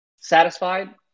satisfied